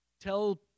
Tell